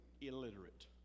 illiterate